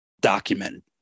documented